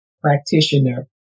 practitioner